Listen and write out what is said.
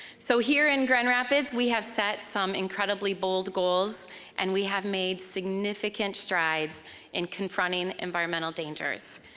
so here in grand rapids, we have set some incredibly bold goals and we have made significant strides in confronting environmental dangers.